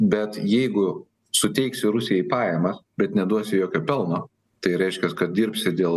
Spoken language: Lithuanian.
bet jeigu suteiksiu rusijai pajamas bet neduosiu jokio pelno tai reiškia kad dirbsi dėl